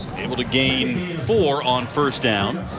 able to gain four on first down.